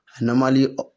Normally